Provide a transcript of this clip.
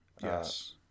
Yes